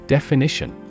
Definition